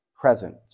present